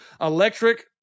electric